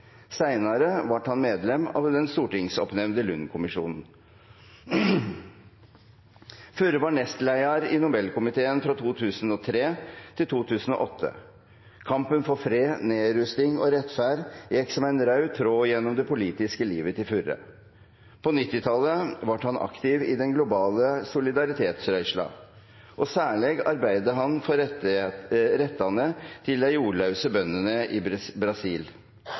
Seinare vart han medlem av den stortingsoppnemnde Lund-kommisjonen. Furre var nestleiar i Nobelkomiteen frå 2003 til 2008. Kampen for fred, nedrusting og rettferd gjekk som ein raud tråd gjennom det politiske livet til Furre. På 1990-talet vart han aktiv i den globale solidaritetsrørsla, og særleg arbeidde han for rettane til dei jordlause bøndene i Brasil.